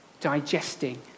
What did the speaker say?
digesting